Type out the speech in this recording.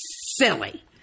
silly